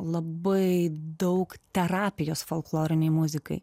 labai daug terapijos folklorinei muzikai